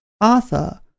Arthur